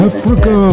Africa